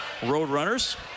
Roadrunners